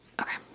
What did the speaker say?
okay